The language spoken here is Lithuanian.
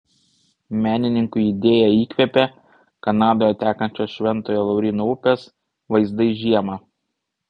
menininkui idėją įkvėpė kanadoje tekančios šventojo lauryno upės vaizdai žiemą